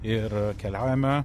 ir keliaujame